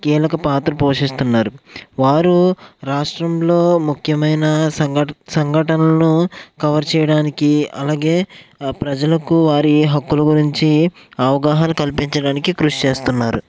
కీలక పాత్ర పోషిస్తున్నారు వారు రాష్ట్రంలో ముఖ్యమైన సంగట్ సంఘటనలను కవర్ చేయడానికి అలాగే ప్రజలకు వారి హక్కుల గురించి అవగాహన కల్పించడానికి కృషి చేస్తున్నారు